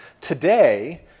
Today